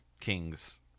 King's